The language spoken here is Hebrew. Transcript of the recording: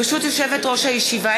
ברשות יושבת-ראש הישיבה,